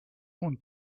want